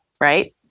right